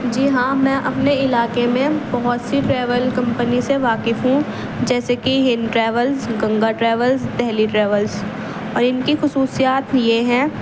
جی ہاں میں اپنے علاقے میں بہت سی ٹریول کمپنی سے واقف ہوں جیسے کہ Hind travels Ganga travels Delhi travels اور ان کی خصوصیات یہ ہیں